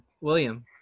William